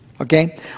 Okay